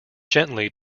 gently